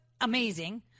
amazing